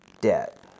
debt